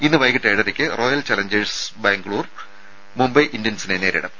ഇന്ന് വൈകിട്ട് ഏഴരയ്ക്ക് റോയൽ ചലഞ്ചേഴ്സ് ബാംഗ്ലൂർ മുംബൈ ഇന്ത്യൻസിനെ നേരിടും